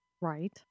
Right